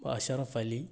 Ashraf Ali